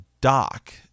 dock